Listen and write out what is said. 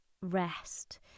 rest